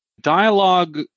Dialogue